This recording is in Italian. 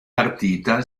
partita